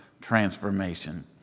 transformation